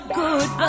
good